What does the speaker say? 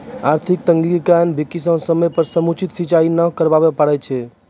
आर्थिक तंगी के कारण भी किसान समय पर समुचित सिंचाई नाय करवाय ल पारै छै